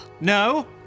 No